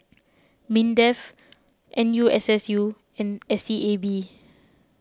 Mindef N U S S U and S E A B